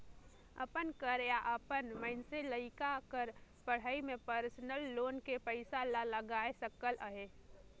अपन कर या अपन मइनसे लइका कर पढ़ई में परसनल लोन के पइसा ला लगाए सकत अहे